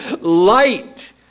light